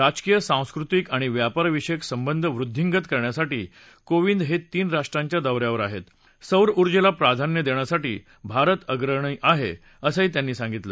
राजकीय सांस्कृतिक आणि व्यापार विषयक संबंध वृद्धिगत करण्यासाठी कोविंद हत्रीन राष्ट्रांच्या दौऱ्यावर आहत्त सौर उर्जेला प्राधान्य दक्षिासाठी भारत अग्रणी आहा असंही त्यांनी सांगितलं